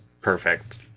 perfect